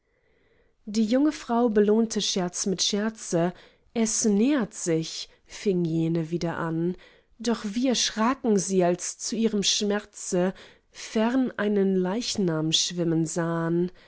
die junge frau belohnte scherz mit scherze es nähert sich fing jene wieder an doch wie erschraken sie als sie zu ihrem schmerze fern einen leichnam schwimmen sahn